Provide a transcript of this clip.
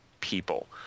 people